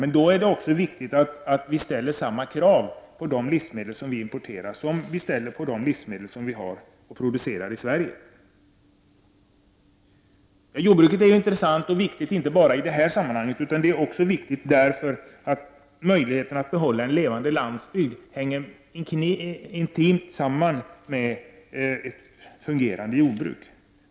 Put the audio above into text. Men då är det också viktigt att vi ställer samma krav på de livsmedel som vi importerar som vi ställer på de livsmedel som vi producerar i Sverige. Jordbruket är intressant och viktigt inte bara i detta sammanhang, utan också därför att möjligheten att behålla en levande landsbygd hänger intimt samman med ett fungerande jordbruk.